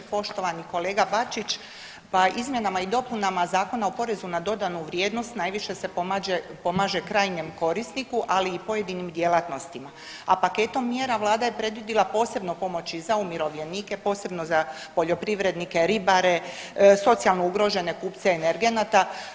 Poštovani kolega Bačić, pa izmjenama i dopunama Zakona o porezu na dodanu vrijednost najviše se pomaže krajnjem korisniku, ali i pojedinim djelatnostima, a paketom mjera vlada je predvidjela posebno pomoći za umirovljenike, posebno za poljoprivrednike, ribare, socijalno ugrožene kupce energenata.